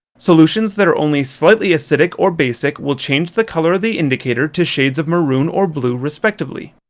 solutions that are only slightly acidic or basic will change the colour the indicator two shades of maroon or blue respectively.